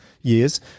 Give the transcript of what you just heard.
years